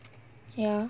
ya